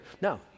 No